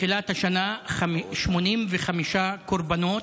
מתחילת השנה, 85 קורבנות,